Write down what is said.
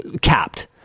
capped